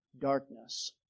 darkness